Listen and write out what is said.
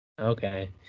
Okay